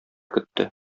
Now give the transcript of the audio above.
көтте